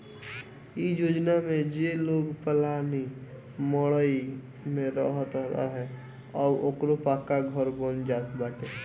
इ योजना में जे लोग पलानी मड़इ में रहत रहे अब ओकरो पक्का घर बन जात बाटे